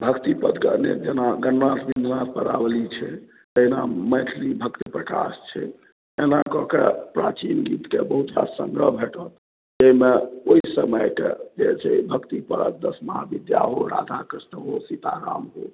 भक्ति पदके अनेक जेना गणनाथ विननाथ पदावली छै तहिना मैथिलि भक्त प्रकाश छै एना कऽ कऽ प्राचीन गीतके बहुत रास सङ्ग्रह भेटत जाहिमे ओहि समयके जे छै भक्ति परादस महाविद्या हो राधा कृष्ण हो सीता राम हो